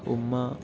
ഉമ്മ